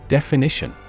Definition